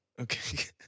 Okay